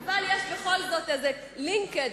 אבל יש בכל זאת איזה לינקג'.